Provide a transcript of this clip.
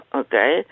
okay